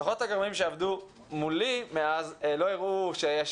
לפחות הגורמים שעבדו מולי מאז לא הראו שיש